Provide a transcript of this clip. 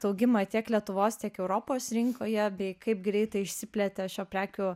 augimą tiek lietuvos tiek europos rinkoje bei kaip greitai išsiplėtė šio prekių